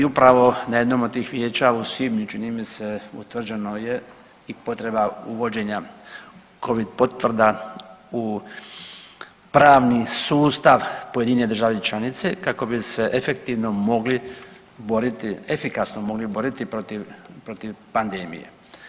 I upravo na jednom od tih vijeća u svibnju čini mi se utvrđeno je i potreba uvođenja Covid potvrda u pravni sustav pojedine države članice kako bi se efektivno mogli boriti, efikasno mogli boriti protiv, protiv pandemije.